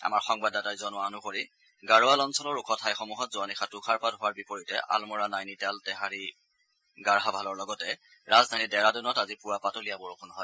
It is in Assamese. আমাৰ সংবাদদাতাই জনোৱা অনুসৰি গাড়বাল অঞ্চলৰ ওখ ঠাইসমূহত যোৱা নিশা তুষাৰপাত হোৱাৰ বিপৰীতে আলমৰা নাইনিতাল টেহাৰি গাড়হাভালৰ লগতে ৰাজধানী ডেৰাডুনত আজি পুৱা পাতলীয়া বৰযুণ হয়